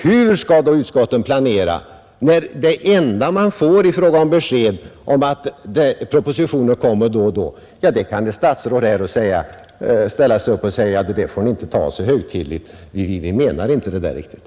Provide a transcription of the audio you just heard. Hur skall utskotten kunna planera, när ett statsråd i fråga om det enda besked vi får kan stå här och säga: Det får ni inte ta så högtidligt, vi menar inte riktigt det där?